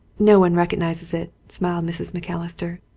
no one recognises it, smiled mrs. macalister.